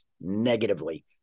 negatively